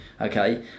okay